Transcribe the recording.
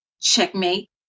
checkmate